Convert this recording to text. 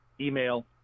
email